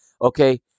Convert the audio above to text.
okay